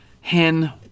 Hen